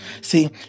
See